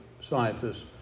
scientists